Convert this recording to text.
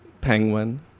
Penguin